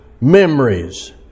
memories